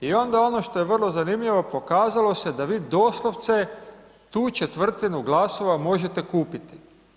I onda ono što je vrlo zanimljivo, pokazalo se da vi doslovce tu četvrtinu glasova možete kupiti.